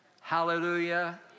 Hallelujah